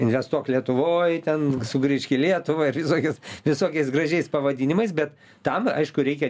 investuok lietuvoj ten sugrįžk į lietuvą ir visokios visokiais gražiais pavadinimais bet tam aišku reikia